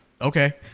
okay